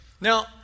Now